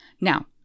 Now